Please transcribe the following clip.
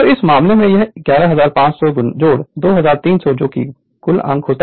तो इस मामले में यह 11500230013800 वोल्ट होगा